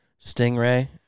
Stingray